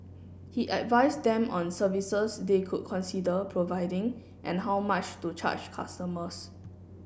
he advise them on services they could consider providing and how much to charge customers